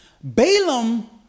Balaam